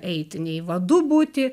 eiti nei vadu būti